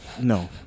No